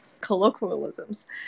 colloquialisms